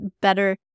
better